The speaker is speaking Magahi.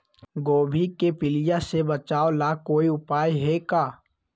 गोभी के पीलिया से बचाव ला कोई उपाय है का?